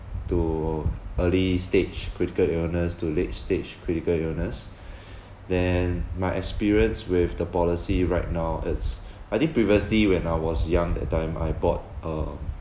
to early stage critical illness to late stage critical illness then my experience with the policy right now it's I think previously when I was young that time I bought a